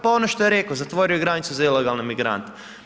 Pa ono što je rekao, zatvorio je granicu za ilegalne migrante.